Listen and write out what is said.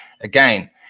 Again